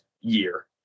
year